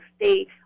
state